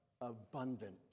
abundant